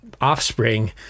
offspring